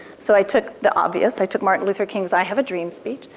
so i took the obvious, i took martin luther king's i have a dream speech,